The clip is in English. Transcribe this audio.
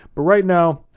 but right now,